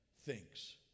thinks